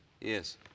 Yes